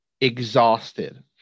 exhausted